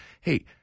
hey